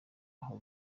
aho